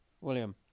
William